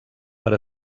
per